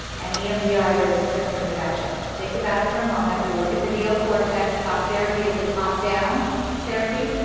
and emdr there was a symptom reduction. think about it for a moment. we look at the neo-cortex, talk therapy is it top-down therapy?